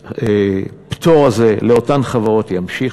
הפטור הזה לאותן חברות יימשך.